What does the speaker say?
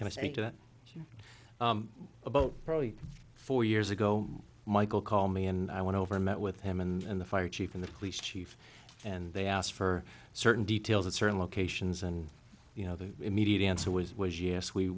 to say to you about probably four years ago michael called me and i went over and met with him and the fire chief in the police chief and they asked for certain details of certain locations and you know the immediate answer was was yes